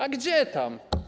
A gdzie tam.